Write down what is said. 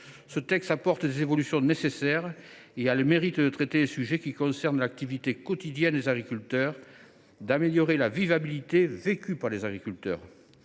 Ce texte apporte des évolutions nécessaires et a le mérite de traiter les sujets qui concernent l’activité quotidienne des agriculteurs, d’améliorer la « vivabilité » ressentie par les agriculteurs.